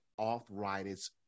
arthritis